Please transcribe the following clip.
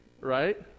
Right